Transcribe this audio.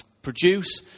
produce